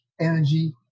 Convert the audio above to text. energy